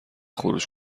خروج